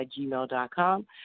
gmail.com